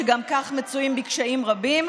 שגם כך מצויים בקשיים רבים.